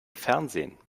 fernsehen